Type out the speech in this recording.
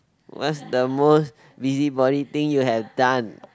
what's the most busybody thing you have done